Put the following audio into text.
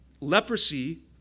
Leprosy